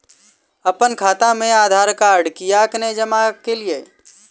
अप्पन खाता मे आधारकार्ड कियाक नै जमा केलियै?